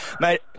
Mate